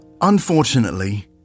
Unfortunately